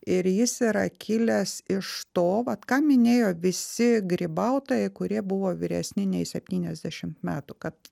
ir jis yra kilęs iš to vat ką minėjo visi grybautojai kurie buvo vyresni nei septyniasdešim metų kad